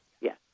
yes